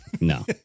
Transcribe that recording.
No